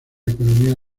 economía